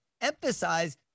emphasize